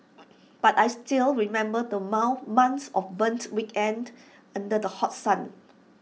but I still remember the months of burnt weekends under the hot sun